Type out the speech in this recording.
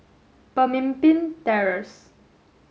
Pemimpin Terrace